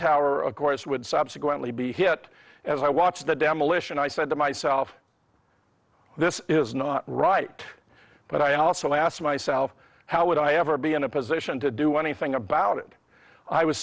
tower of course would subsequently be hit as i watched the demolition i said to myself this is not right but i also asked myself how would i ever be in a position to do anything about it i was